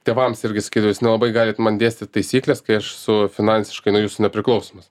tėvams irgi skiriu jūs nelabai galit man dėstyt taisykles kai aš su finansiškai nuo jūsų nepriklausomas